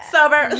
Sober